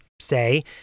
say